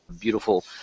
beautiful